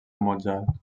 mozart